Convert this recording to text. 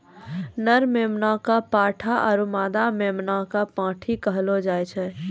नर मेमना कॅ पाठा आरो मादा मेमना कॅ पांठी कहलो जाय छै